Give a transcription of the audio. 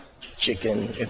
chicken